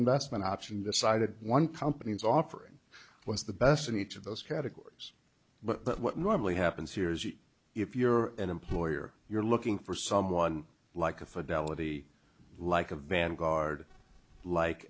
investment option decided one company's offering was the best in each of those categories but what normally happens here is you if you're an employer you're looking for someone like a fidelity like a vanguard like